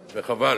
וחבל.